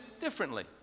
differently